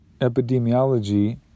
epidemiology